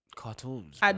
Cartoons